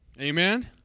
Amen